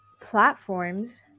platforms